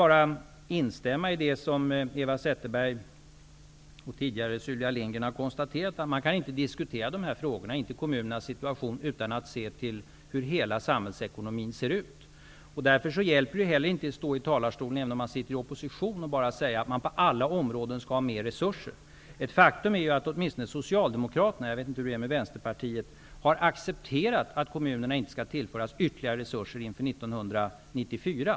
Jag instämmer med Eva Zetterberg och Sylvia Lindgren att kommunernas situation inte kan diskuteras utan att man ser till hela samhällsekonomin. Även om man befinner sig i opposition hjälper det ju inte att stå här i talarstolen och säga att alla områden skall ha mer resurser. Det är ett faktum att åtminstone Socialdemokraterna -- jag vet inte hur det är med Vänsterpartiet -- har accepterat att kommunerna inte skall tillföras ytterligare resurser inför 1994.